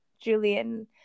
Julian